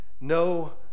no